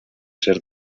ser